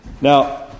Now